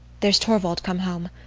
there's torvald come home.